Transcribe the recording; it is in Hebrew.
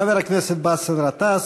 חבר הכנסת באסל גטאס.